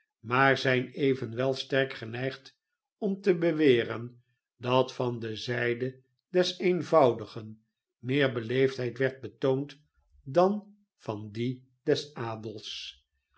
maar zijn evenwel sterk geneigd om te beweren dat van de zijde des eenvoudigen meer beleefdheid werd betoond dan van dien des adels